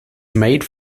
made